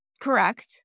Correct